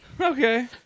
Okay